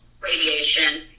radiation